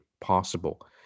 possible